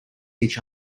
each